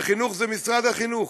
וחינוך זה משרד החינוך.